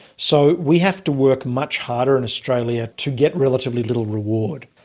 so we have to work much harder in australia to get relatively little reward.